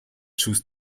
choose